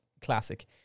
classic